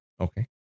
Okay